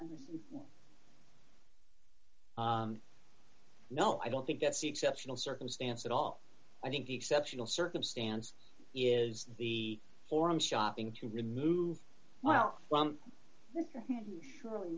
and no i don't think that's the exceptional circumstance at all i think exceptional circumstances is the forum shopping to remove well surely